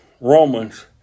Romans